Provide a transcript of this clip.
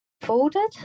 folded